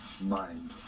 mind